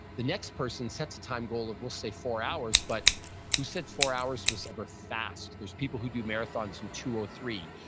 the next person sets a time goal of, we'll say four hours. but who said four hours was ever fast? there's people who do marathons in two ah three,